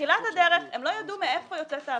בתחילת הדרך הם לא ידעו מאיפה יוצאת ההעברה.